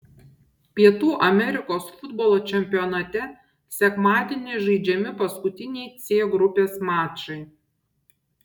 pietų amerikos futbolo čempionate sekmadienį žaidžiami paskutiniai c grupės mačai